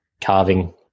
carving